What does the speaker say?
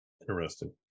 Interesting